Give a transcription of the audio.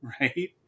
Right